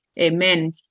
Amen